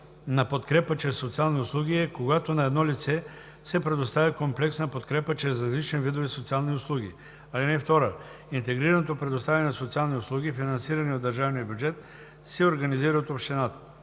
на подкрепа чрез социални услуги е, когато на едно лице се предоставя комплексна подкрепа чрез различни видове социални услуги. (2) Интегрираното предоставяне на социални услуги, финансирани от държавния бюджет, се организира от общината.